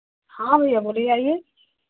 हाँ भैया बोलिए आइए